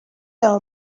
know